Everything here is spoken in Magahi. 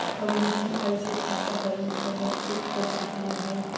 हम यू.पी.आई स खाता बैलेंस कना चेक कर सकनी हे?